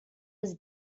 was